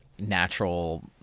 natural